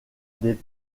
des